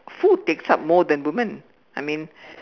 food takes up more than women I mean